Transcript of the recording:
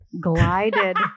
glided